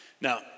now